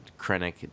Krennic